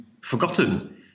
forgotten